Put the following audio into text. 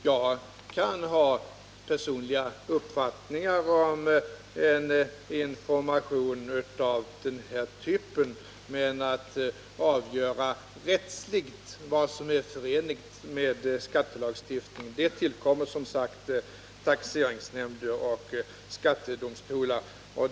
Jag kan ha personliga uppfattningar om en information av denna typ, men att avgöra rättsligt vad som är förenligt med skattelagstiftning tillkommer som sagt taxeringsnämnder och skattedomstolar.